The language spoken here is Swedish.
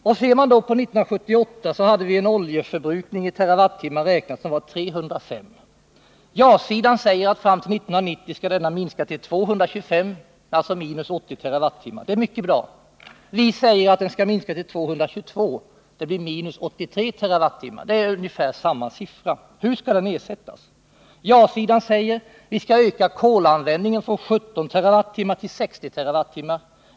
1978 hade vi en oljeförbrukning på 305 TWh. Ja-sidan säger att fram till 1990 skall den minska till 225, alltså minus 80 TWh, och det är mycket bra. Vi säger att den skall minska till 222, och det är minus 83 TWh — dvs. ungefär samma siffra. Hur skall oljan ersättas? Ja-sidan säger att vi skall öka kolanvändningen från 17 till 60 TWh.